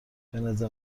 بنظر